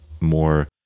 more